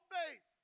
faith